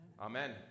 Amen